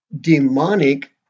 demonic